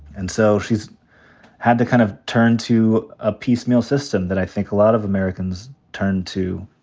and so she's had to kind of turn to a piecemeal system, that i think a lot of americans turn to.